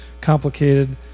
complicated